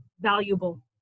valuable